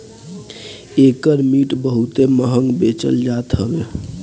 एकर मिट बहुते महंग बेचल जात हवे